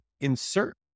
insert